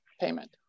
payment